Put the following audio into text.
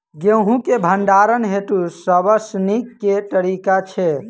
गेंहूँ केँ भण्डारण हेतु सबसँ नीक केँ तरीका छै?